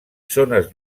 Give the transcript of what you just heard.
zones